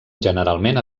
generalment